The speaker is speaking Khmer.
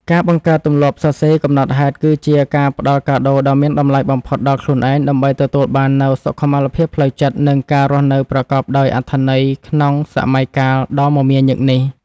ការបង្កើតទម្លាប់សរសេរកំណត់ហេតុ គឺជាការផ្ដល់កាដូដ៏មានតម្លៃបំផុតដល់ខ្លួនឯង ដើម្បីទទួលបាននូវ សុខុមាលភាពផ្លូវចិត្ត និងការរស់នៅប្រកបដោយអត្ថន័យក្នុងសម័យកាលដ៏មមាញឹកនេះ។